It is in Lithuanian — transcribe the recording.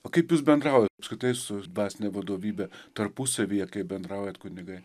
o kaip jūs bendrauja apskritai su dvasine vadovybe tarpusavyje kaip bendraujat kunigai